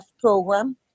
program